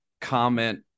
comment